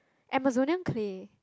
Amazonian clay